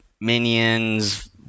minions